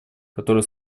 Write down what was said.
которые